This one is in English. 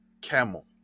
camel